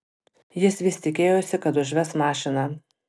jis vis tikėjosi kad užves mašiną